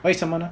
为什么